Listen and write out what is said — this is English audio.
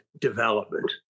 Development